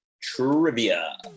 Trivia